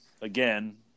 again